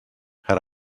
had